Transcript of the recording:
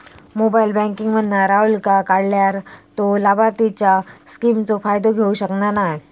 mobile banking मधना राहूलका काढल्यार तो लाभार्थींच्या स्किमचो फायदो घेऊ शकना नाय